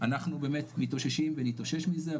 אנחנו באמת מתאוששים ונתאושש מזה,